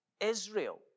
Israel